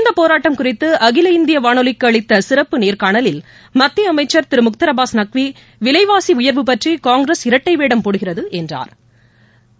இந்த போராட்டம் குறித்து அகில இந்திய வானொலிக்கு அளித்த சிறப்பு நேர்கணாலில் மத்திய அமைச்சா் திரு முக்தாா் அபாஸ் நக்வி விலைவாசி உயா்வு பற்றி காங்கிரஸ் இரட்டைவேடம் போடுகிறது என்றாா்